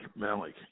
Malik